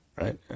right